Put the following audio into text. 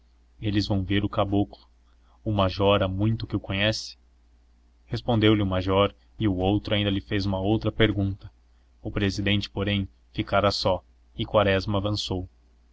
eles vão ver o caboclo o major há muito que o conhece respondeu-lhe o major e o outro ainda lhe fez uma outra pergunta o presidente porém ficara só e quaresma avançou